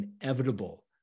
inevitable